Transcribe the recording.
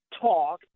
talk